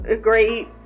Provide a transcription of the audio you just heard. great